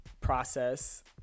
process